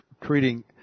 treating